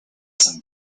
some